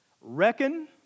reckon